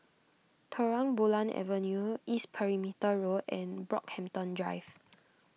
Terang Bulan Avenue East Perimeter Road and Brockhampton Drive